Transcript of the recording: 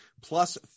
plus